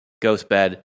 Ghostbed